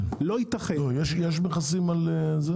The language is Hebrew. יש מכסים על זה?